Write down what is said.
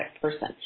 person